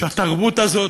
שהתרבות הזאת,